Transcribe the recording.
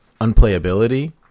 unplayability